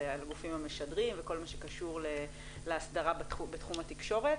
הגופים המשדרים וכל מה שקשור להסדרה בתחום התקשורת,